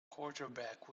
quarterback